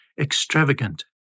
extravagant